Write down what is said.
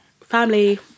Family